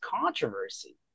controversy